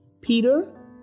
Peter